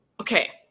Okay